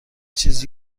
چیز